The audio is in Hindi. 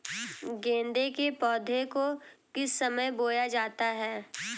गेंदे के पौधे को किस समय बोया जाता है?